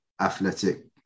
Athletic